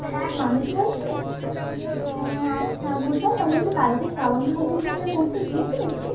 হ্যাঁ মানসী বলছিস হ্যাঁ আচ্ছা শোন না বলছি কালকে শ্রাবন্তী কোচিং সেন্টার পড়তে গিয়েছিলিস তুই